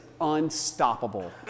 unstoppable